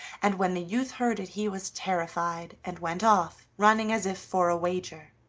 and when the youth heard it he was terrified, and went off, running as if for a wager.